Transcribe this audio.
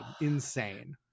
Insane